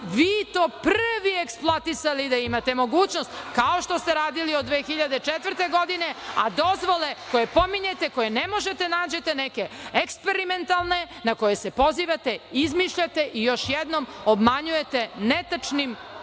vi to prvi eksploatisali da imate mogućnost, kao što ste radili od 2004. godine, a dozvole koje pominjete, koje ne možete da nađete, neke eksperimentalne, na koje se pozivate, izmišljate i još jednom obmanjujete netačnim